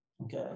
okay